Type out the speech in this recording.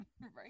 right